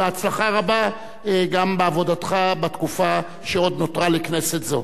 בהצלחה רבה גם בעבודתך בתקופה שעוד נותרה לכנסת זו.